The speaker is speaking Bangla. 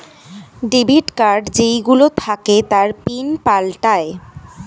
ডেবিট কার্ড যেই গুলো থাকে তার পিন পাল্টায়ে